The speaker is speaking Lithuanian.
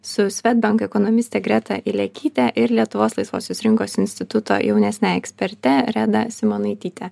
su swedbank ekonomiste greta ilekyte ir lietuvos laisvosios rinkos instituto jaunesniąja eksperte reda simonaityte